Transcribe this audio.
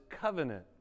covenant